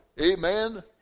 Amen